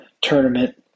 tournament